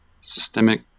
systemic